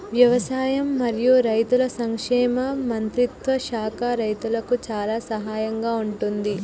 వ్యవసాయం మరియు రైతుల సంక్షేమ మంత్రిత్వ శాఖ రైతులకు చాలా సహాయం గా ఉంటుంది